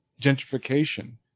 gentrification